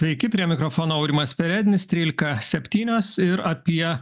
sveiki prie mikrofono aurimas perednis trylika septynios ir apie